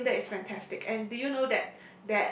I think that is fantastic and do you know that